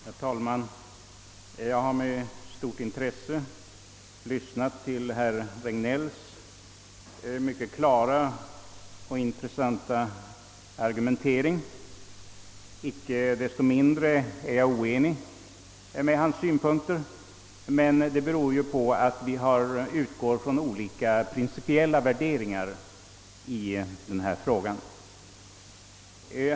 Herr talman! Jag har med stort intresse lyssnat till herr Regnélls mycket klara och intressanta argumentering. Om jag icke desto mindre är oenig med honom, beror det på att vi utgår från olika principiella värderingar i denna fråga.